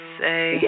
say